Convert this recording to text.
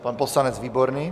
Pan poslanec Výborný.